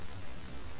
384 எனவே அது 1